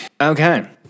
Okay